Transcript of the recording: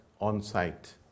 on-site